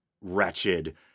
wretched